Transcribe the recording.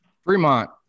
Fremont